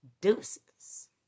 Deuces